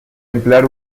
emplear